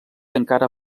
encara